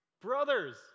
Brothers